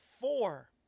four